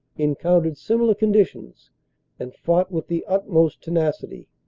encountered similar conditions and fought with the utmost tenacity.